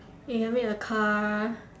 you can make a car